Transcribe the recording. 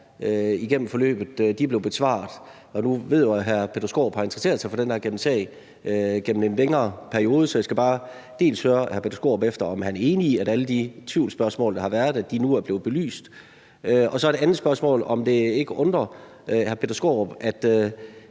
igennem forløbet, blevet besvaret. Nu ved jeg jo, at hr. Peter Skaarup har interesseret sig for den her sag gennem en længere periode. Så jeg skal bare høre hr. Peter Skaarup, om han er enig i, at alle de tvivlsspørgsmål, der har været, nu er blevet belyst, og så vil jeg stille et andet spørgsmål, nemlig om det ikke undrer